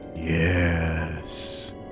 Yes